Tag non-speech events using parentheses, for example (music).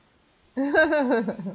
(laughs)